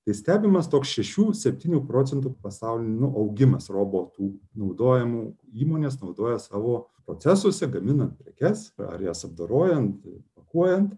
tai stebimas toks šešių septynių procentų pasaulinis augimas robotų naudojamų įmonės naudoja savo procesuose gamina prekes ar jas apdorojant pakuojant